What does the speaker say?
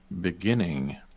beginning